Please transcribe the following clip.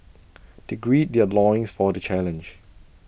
they gird their loins for the challenge